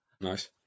Nice